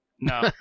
no